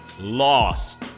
lost